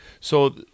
So-